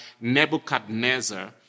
Nebuchadnezzar